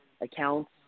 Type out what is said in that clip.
accounts